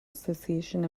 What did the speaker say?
association